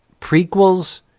prequels